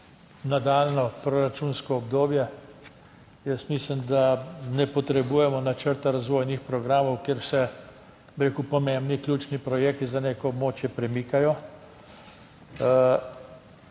nadaljnjo proračunsko obdobje. Jaz mislim, da ne potrebujemo načrta razvojnih programov, kjer se, bi rekel, pomembni ključni projekti za neko območje premikajo.